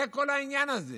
זה כל העניין הזה,